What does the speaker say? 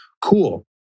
Cool